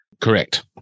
Correct